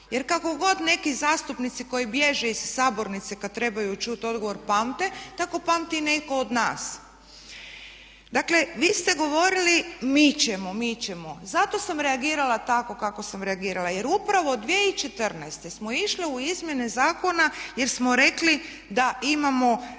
Jer kako god neki zastupnici koji bježe iz sabornice kada trebaju čuti odgovor pamte, tako pamti i netko od nas. Dakle vi ste govorili mi ćemo, mi ćemo, zato sam reagirala tako kako sam reagirala jer upravo 2014. smo išli u izmjene zakona jer smo rekli da imamo